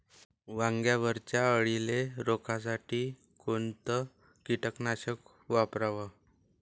वांग्यावरच्या अळीले रोकासाठी कोनतं कीटकनाशक वापराव?